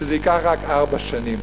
וזה ייקח רק ארבע שנים.